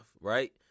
right